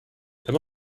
there